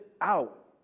out